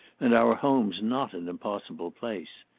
and our home's not an impossible place.